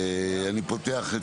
אני פותח את